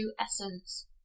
essence